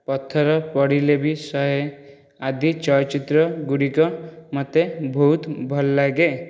ପଥର ପଡ଼ିଲେ ବି ସହେ ଆଦି ଚଳଚ୍ଚିତ୍ରଗୁଡ଼ିକ ମୋତେ ବହୁତ ଭଲ ଲାଗେ